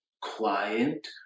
client